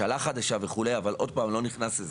חדשה, אבל עוד פעם, אני לא נכנס לזה.